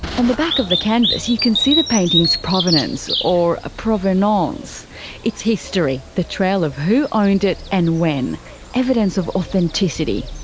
on the back of the canvas you can see the painting's provenance or ah provenance its history. the trail of who ah owned it and when evidence of authenticity.